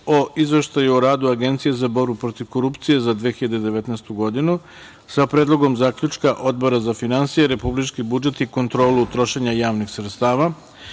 o: Izveštaju o radu Agencije za borbu protiv korupcije za 2019. godinu, sa Predlogom zaključka Odbora za finansije, republički budžet i kontrolu trošenja javnih sredstava;